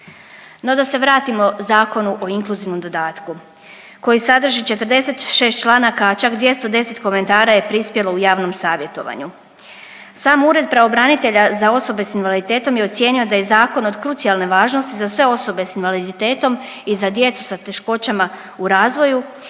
No, da se vratimo Zakonu o inkluzivnom dodatku koji sadrži 46 članaka, a čak 210 komentara je prispjelo u javnom savjetovanju. Sam Ured pravobranitelja za osobe s invaliditetom je ocijenio da je zakon od krucijalne važnosti za sve osobe s invaliditetom i za djecu sa teškoćama u razvoju